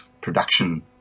production